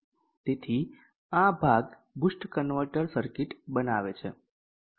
તેથી આ ભાગ બૂસ્ટ કન્વર્ટર સર્કિટ બનાવે છે